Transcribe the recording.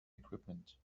equipment